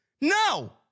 No